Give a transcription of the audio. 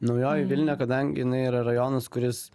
naujoji vilnia kadangi jinai yra rajonas kuris